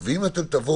אם באמת מדובר